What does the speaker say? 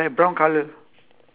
ya okay